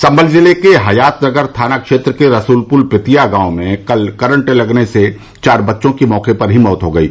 संभल जिले के हयातनगर थाना क्षेत्र के रसूलपुर पेतिया गांव में कल करंट लगने से चार बच्चों की मौके पर ही मौत हो गयी